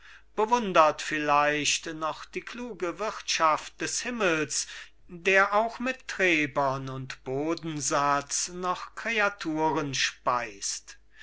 bewundert vielleicht noch die kluge wirthschaft des himmels der auch mit träbern und bodensatz noch creaturen speist